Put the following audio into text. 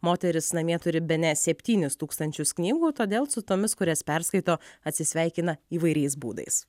moteris namie turi bene septynis tūkstančius knygų todėl su tomis kurias perskaito atsisveikina įvairiais būdais